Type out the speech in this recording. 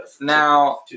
Now